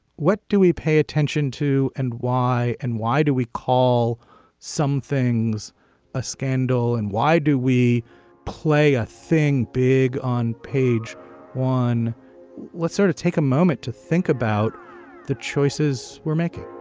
what do we pay attention to and why and why do we call some things a scandal and why do we play a thing big on page one what sort of take a moment to think about the choices we're making